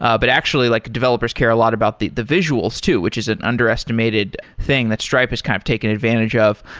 ah but actually, like developers care a lot about the the visuals too, which is an underestimated thing that stripe has kind of taken advantage of.